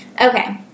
Okay